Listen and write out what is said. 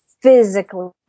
physically